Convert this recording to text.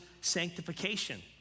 sanctification